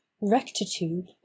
RECTITUDE